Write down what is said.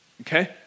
okay